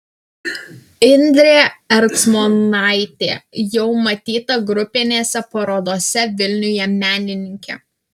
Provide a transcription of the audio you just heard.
indrė ercmonaitė jau matyta grupinėse parodose vilniuje menininkė